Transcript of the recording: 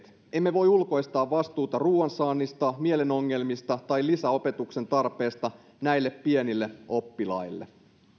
voi ulkoistaa vastuuta ruoan saannista mielen ongelmista tai lisäopetuksen tarpeesta näille pienille oppilaille